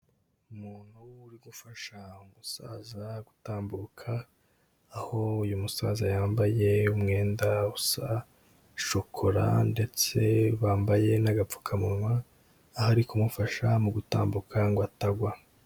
Umuntu uri gufasha umusaza gutambuka, aho uyu musaza yambaye umwenda usa shokora ndetse wambaye n'agapfukamunwa, aho ari kumufasha mu gutambuka ngo atagwa.